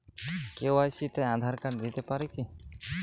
KYC তে Aadhaar card দিতে পারি কি?